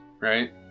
right